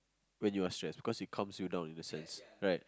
when you are stressed because it calms you down in a sense right